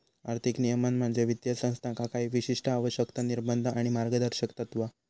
आर्थिक नियमन म्हणजे वित्तीय संस्थांका काही विशिष्ट आवश्यकता, निर्बंध आणि मार्गदर्शक तत्त्वा